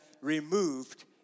removed